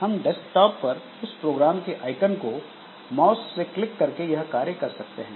हम डेस्कटॉप पर उस प्रोग्राम के आइकन को माउस से क्लिक करके यह कार्य कर सकते हैं